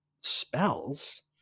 spells